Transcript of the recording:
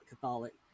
Catholic